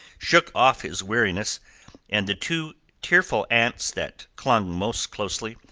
shook off his weariness and the two tearful aunts that clung most closely,